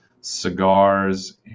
cigars